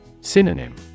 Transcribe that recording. synonym